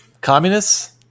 communists